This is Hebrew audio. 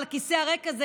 הכיסא הריק הזה,